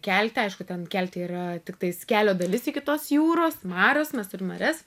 kelte aišku ten kelte yra tiktais kelio dalis iki tos jūros marios mes turim marias